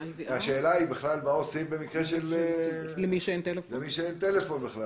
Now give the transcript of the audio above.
השאלה היא מה בכלל עושים למי שאין טלפון בכלל.